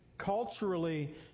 culturally